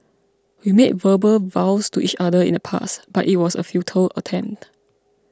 we made verbal vows to each other in the past but it was a futile attempt